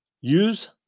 Use